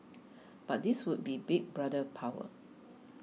but this would be Big Brother power